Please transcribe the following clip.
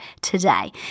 today